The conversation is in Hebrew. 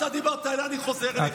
אתה דיברת אליי, אני חוזר אליך.